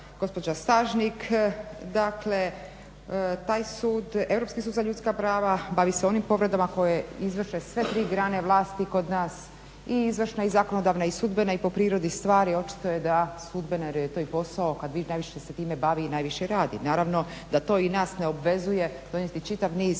gospođa Stažnik, dakle taj sud, Europski sud za ljudska prava bavi se onim povredama koje izvrše sve tri grane vlasti kod nas i izvršna i zakonodavna i sudbena i po prirodi stvari očito je da sudbena i kad joj je to i posao kad najviše se time bavi i najviše radi. Naravno da to i nas ne obvezuje donijeti čitav niz